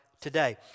today